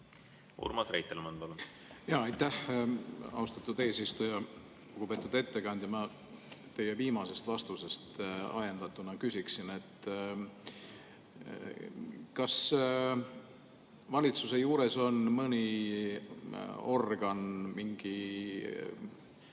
Urmas Reitelmann, palun! Aitäh, austatud eesistuja! Lugupeetud ettekandja! Ma teie viimasest vastusest ajendatuna küsin: kas valitsuse juures on mõni organ, mingi